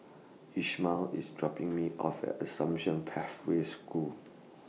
Ishmael IS dropping Me off At Assumption Pathway School